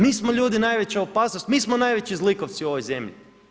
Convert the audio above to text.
Mi smo ljudi najveća opasnost, mi smo najveći zlikovci u ovoj zemlji.